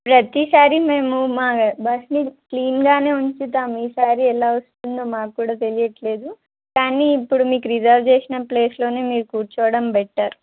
ప్రతిసారి మేము మా బస్ని క్లిన్గానే ఉంచుతాము ఈసారి ఎలా వస్తుందో మాకు కూడా తెలియట్లేదు కానీ ఇప్పుడు మీకు రిజర్వ్ చేసిన ప్లేస్లోనే మీరు కూర్చోడం బెట్టర్